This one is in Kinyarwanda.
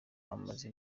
amaze